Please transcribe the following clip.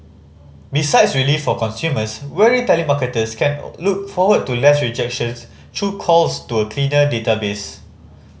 besides relief for consumers weary telemarketers can look forward to less rejections through calls to a cleaner database